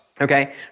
Okay